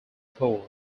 poor